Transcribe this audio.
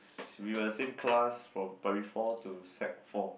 we were same class from primary four to sec four